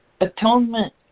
Atonement